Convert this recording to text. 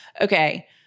Okay